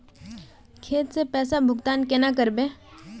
खेत के पैसा भुगतान केना करबे?